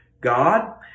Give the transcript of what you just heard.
God